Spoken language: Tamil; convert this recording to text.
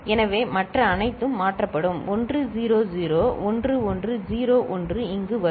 எனவே மற்ற அனைத்தும் மாற்றப்படும் 1 0 0 1 1 0 1 இங்கு வரும்